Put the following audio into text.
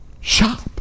shop